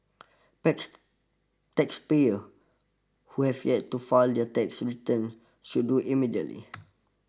tax taxpayers who have yet to file their tax returns should do immediately